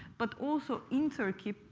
but also in turkey,